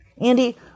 Andy